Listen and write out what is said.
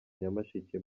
nyamasheke